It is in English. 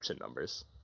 numbers